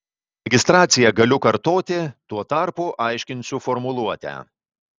registraciją galiu kartoti tuo tarpu aiškinsiu formuluotę